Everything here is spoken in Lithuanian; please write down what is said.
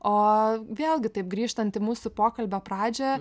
o vėlgi taip grįžtant į mūsų pokalbio pradžią